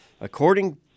according